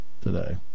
today